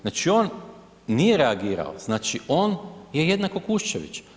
Znači on nije reagirao, znači on je jednako Kuščević.